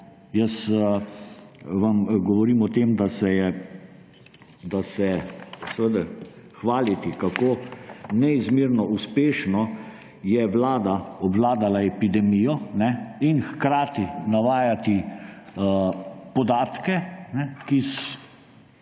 Jaz vam govorim o tem, da se hvaliti, kako neizmerno uspešno je vlada obvladala epidemijo, hkrati pa navajati podatke, ki s